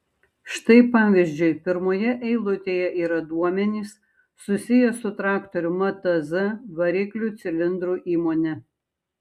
štai pavyzdžiui pirmoje eilutėje yra duomenys susiję su traktorių mtz variklių cilindrų įmone